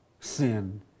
sin